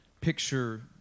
picture